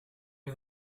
you